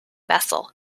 vessel